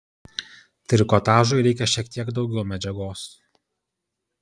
trikotažui reikia šiek teik daugiau medžiagos